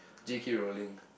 J_K-Rowling